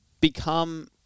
become